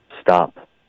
stop